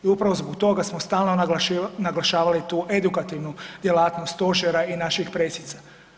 I upravo zbog toga smo stalno naglašavali tu edukativnu djelatnost stožera i naših presica.